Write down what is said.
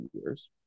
years